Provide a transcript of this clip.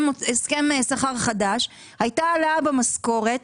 הסכם שכר חדש; הייתה העלאה במשכורת,